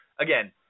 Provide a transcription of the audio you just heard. again